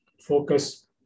focus